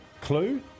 Clue